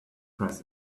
press